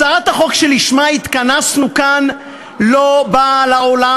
הצעת החוק שלשמה התכנסנו כאן לא באה לעולם